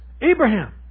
Abraham